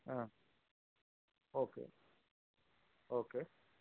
okay okay